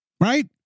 right